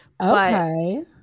Okay